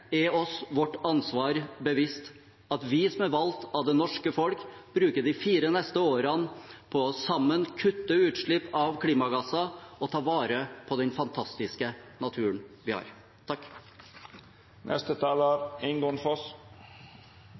er oss vårt ansvar bevisst, at vi som er valgt av det norske folk, bruker de fire neste årene på sammen å kutte utslipp av klimagasser og å ta vare på den fantastiske naturen vi har.